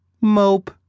Mope